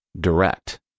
direct